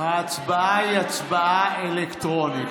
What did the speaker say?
היא הצבעה אלקטרונית.